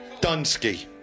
Dunsky